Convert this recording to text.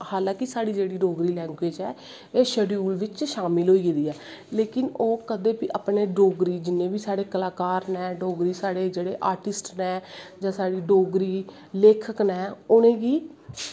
हालांकि साढ़ी जेह्ड़ी डोगरी लैंग्वेज़ ऐ एह् शैडयूल बिच्च शामिल होई गेदी ऐ लेकिन ओह् बी कदैं डोगरी जिन्ने बी साढ़े कलाकार नै डोगरी साढ़े जेह्ड़े आर्टिस्ट नै जां साढ़े डोगरी लेखक नै उनेंगी